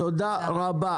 תודה רבה.